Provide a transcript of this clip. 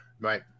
Right